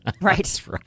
right